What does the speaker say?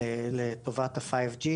לטובת הדור חמש.